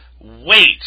wait